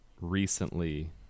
recently